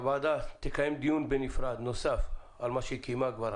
הוועדה תקיים דיון נוסף בנפרד על מה שקיימה כבר,